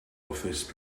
office